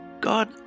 God